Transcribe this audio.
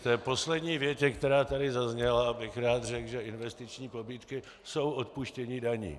K té poslední větě, která tady zazněla, bych rád řekl, že investiční pobídky jsou odpuštění daní.